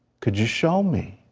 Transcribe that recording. can you show me?